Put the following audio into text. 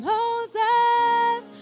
Moses